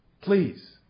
Please